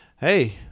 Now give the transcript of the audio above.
hey